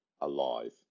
alive